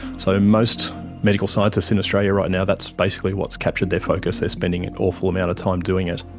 so most medical scientists in australia right now, that's basically what's captured their focus. they're spending an awful amount of time doing it.